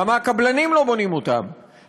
למה הקבלנים לא משתמשים בהיתרי הבנייה שיש להם?